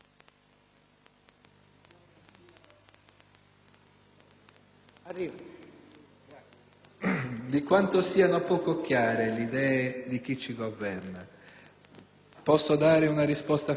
di quanto siano poco chiare le idee di chi ci governa. Vorrei dare una risposta finale con gli ultimi secondi a